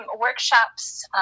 workshops